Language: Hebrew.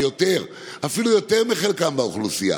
ואפילו יותר יותר מחלקם באוכלוסייה.